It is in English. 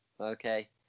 Okay